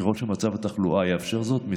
ככל שמצב התחלואה יאפשר זאת,